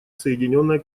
соединенное